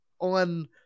on